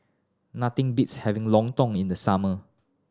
nothing beats having Lontong in the summer